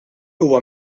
huwa